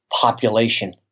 population